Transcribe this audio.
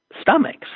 stomachs